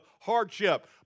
hardship